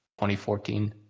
2014